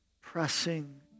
pressing